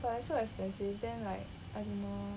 but it's so expensive then like I don't know